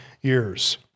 years